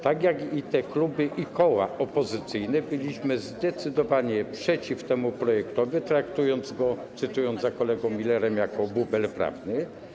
Tak jak inne kluby i koła opozycyjne byliśmy zdecydowanie przeciw temu projektowi, traktując go, cytując kolegę Millera, jako bubel prawny.